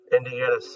Indiana